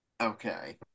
Okay